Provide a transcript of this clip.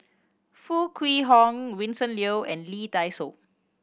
Foo Kwee Horng Vincent Leow and Lee Dai Soh